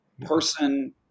person